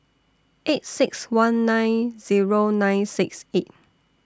eight six one nine Zero nine six eight